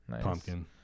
Pumpkin